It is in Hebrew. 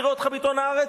נראה אותך בעיתון "הארץ"?